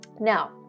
now